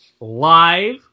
live